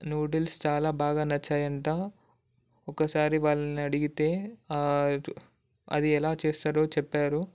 noodles చాలా బాగా నచ్చాయి అంట ఒకసారి వాళ్ళని అడిగితే అది ఎలా చేస్తారో చెప్పారు